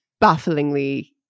bafflingly